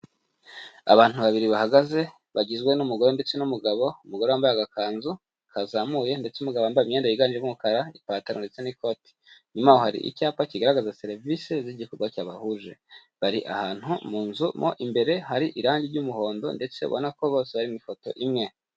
Abantu babiri bahagaze bagizwe n'umugore ndetse n'umugabo, umugore wambaye agakanzu kazamuye ndetse umugabo wambaye imyenda yiganjemo umukara ipantaro ndetse n'ikote, inyuma y'aho hari icyapa kigaragaza serivisi z'igikorwa cyabahuje, bari ahantu mu nzu mo imbere hari irange ry'umuhondo ndetse ubona ko bose bari mu ifoto imwe.